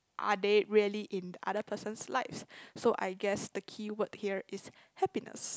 are they really in other person's lives so I guess the keyword here is happiness